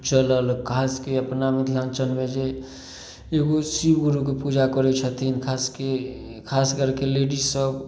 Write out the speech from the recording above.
चलल खास शके अपना मिथिलाञ्चलमे जे एगो शिब गुरूके पूजा करै छथिन खासके खास करके लेडीज सब